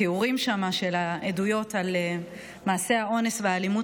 התיאורים שם של העדויות על מעשי האונס והאלימות